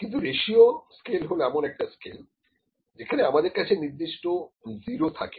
কিন্তু ratio scale হল এমন একটা স্কেল যেখানে আমাদের কাছে নির্দিষ্ট 0 থাকে